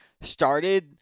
started